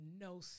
no